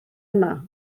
yna